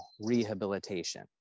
rehabilitation